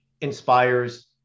inspires